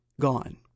gone